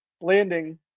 landing